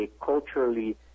Culturally